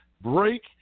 break